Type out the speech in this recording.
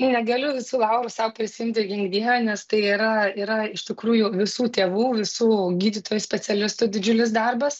negaliu visų laurų sau prisiimti gink dieve nes tai yra yra iš tikrųjų visų tėvų visų gydytojų specialistų didžiulis darbas